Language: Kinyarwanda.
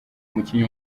umukinnyi